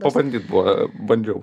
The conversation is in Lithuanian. pabandyt buvo bandžiau